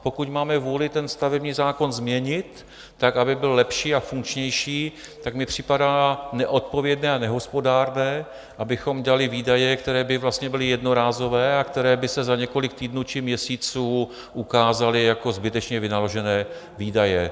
Pokud máme vůli ten stavební zákon změnit tak, aby byl lepší a funkčnější, tak mi připadá neodpovědné a nehospodárné, abychom dělali výdaje, které by vlastně byly jednorázové a které by se za několik týdnů či měsíců ukázaly jako zbytečně vynaložené výdaje.